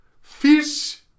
fish